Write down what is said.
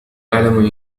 أعلم